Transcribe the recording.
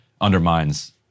undermines